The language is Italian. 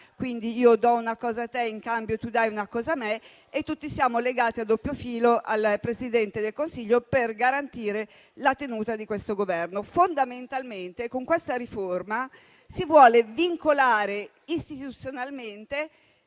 cui io do una cosa a te e tu in cambio dai una cosa a me, tutti siamo legati a doppio filo al Presidente del Consiglio per garantire la tenuta di questo Governo. Con questa riforma, si vuole vincolare istituzionalmente